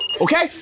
Okay